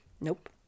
Nope